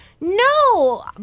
No